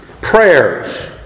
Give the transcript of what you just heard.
prayers